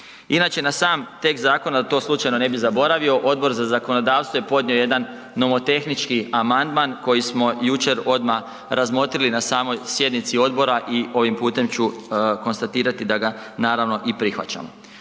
Inače, na sam tekst zakona, da to slučajno ne bi zaboravio, Odbor za zakonodavstvo je podnio jedan nomotehnički amandman koji smo jučer odmah razmotrili na samoj sjednici odbora i ovim putem ću konstatirati da ga naravno, i prihvaćamo.